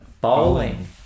Bowling